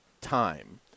time